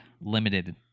limited